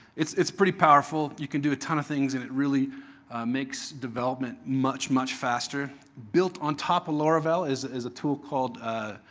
it's it's pretty powerful. you can do a ton of things. and it really makes development much, much faster. built on top of laravel is is a tool called